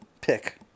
pick